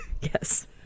Yes